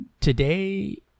Today